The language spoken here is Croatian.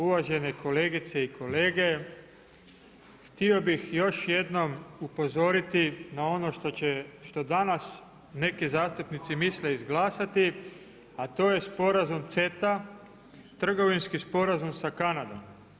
Uvažene kolegice i kolege, htio bih još jednom upozoriti na ono što danas neki zastupnici misle izglasati a to je sporazum CETA, trgovinski sporazum sa Kanadom.